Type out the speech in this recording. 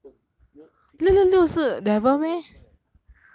like satan you know six six six 是 satan's number eh